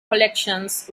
collections